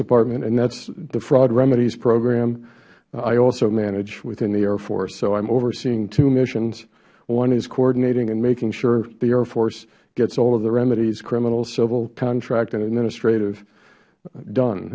department and that is the fraud remedies program i also manage within the air force so i am overseeing two missions one is coordinating and making sure the air force gets all the remedies criminal civil contract and administrative done